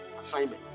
assignment